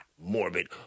morbid